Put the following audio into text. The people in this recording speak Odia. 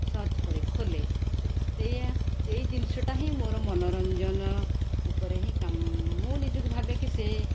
ସର୍ଚ୍ଚ କରେ ଖୋଲେ ସେଇଆ ସେଇ ଜିନିଷଟା ହିଁ ମୋର ମନୋରଞ୍ଜନ ଉପରେ ହିଁ ମୁଁ ନିଜକୁ ଭାବେ କି ସେ